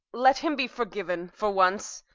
let him be forgiven for once,